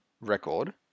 record